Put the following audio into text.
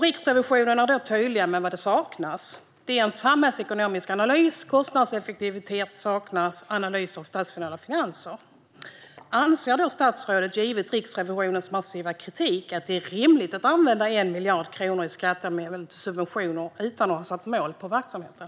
Riksrevisionen är tydlig med vad som saknas: samhällsekonomisk analys, kostnadseffektivitet och statsfinansiell analys. Anser statsrådet, givet Riksrevisionens massiva kritik, att det är rimligt att använda 1 miljard kronor av skattemedlen till subventioner utan att ha satt upp mål för verksamheten?